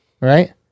right